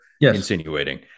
insinuating